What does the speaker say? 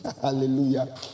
hallelujah